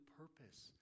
purpose